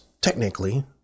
technically